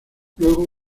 luego